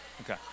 Okay